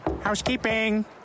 Housekeeping